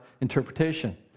interpretation